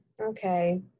Okay